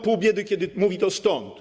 Pół biedy, kiedy mówi to stąd.